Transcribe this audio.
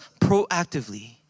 proactively